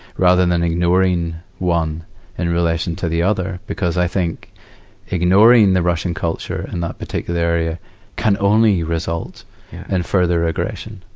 rather than ignoring one in relation to the other. because i think ignoring the russian culture in that particular area can only result in and further aggression,